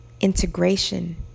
integration